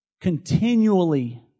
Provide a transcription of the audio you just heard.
continually